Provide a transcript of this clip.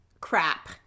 crap